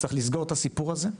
צריך לסגור את הסיפור הזה,